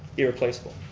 irreplaceable.